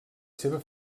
seva